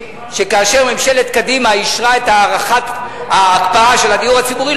שכאשר ממשלת קדימה אישרה את הארכת ההקפאה של הדיור הציבורי,